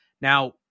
Now